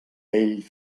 ell